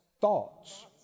Thoughts